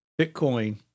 Bitcoin